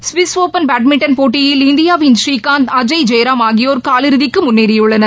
Swiss open badminton போட்டியில் இந்தியாவின் ஸ்ரீகாந்த் அஜய் ஜெயராம் ஆகியோர் காலிறதிக்கு முன்னேறியுள்ளார்